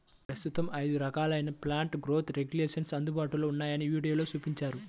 ప్రస్తుతం ఐదు రకాలైన ప్లాంట్ గ్రోత్ రెగ్యులేషన్స్ అందుబాటులో ఉన్నాయని వీడియోలో చూపించారు